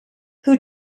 who